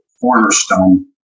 cornerstone